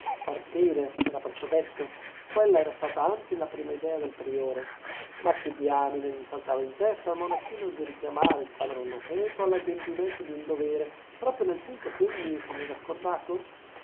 partire era presto detto quella era stata anzi la prima idea del priore ma che diamine gli saltava in testa al monachino di richiamare il padre anacleto all'adempimento di un dovere proprio nel punto ch'egli se n'era scordato